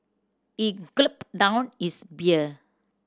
he down his beer